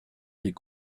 des